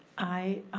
i